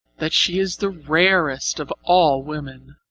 that she is the rarest of all women.